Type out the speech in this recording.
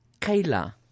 Kayla